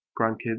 grandkids